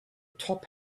top